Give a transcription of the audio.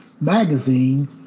magazine